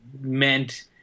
meant